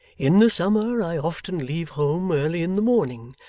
in the summer i often leave home early in the morning,